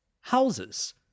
houses